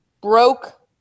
Broke